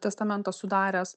testamentą sudaręs